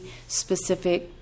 specific